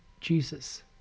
Jesus